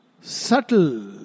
Subtle